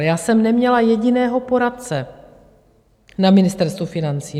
Já jsem neměla jediného poradce na Ministerstvu financí.